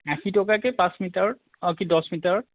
আশী টকাকৈ পাঁচ মিটাৰত অঁ কি দহ মিটাৰত